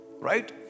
Right